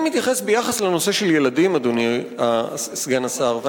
אני מתייחס לנושא של ילדים, אדוני סגן השר.